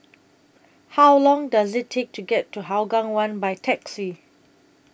How Long Does IT Take to get to Hougang one By Taxi